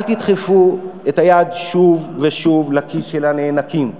אל תדחפו את היד שוב ושוב לכיס של הנאנקים.